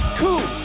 cool